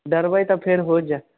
डरबै तऽ फेर हो जायत